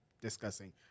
discussing